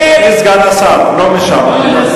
אדוני סגן השר, לא משם.